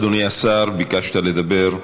אדוני השר, ביקשת לדבר.